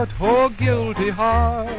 but heart, oh, guilty heart